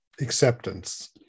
acceptance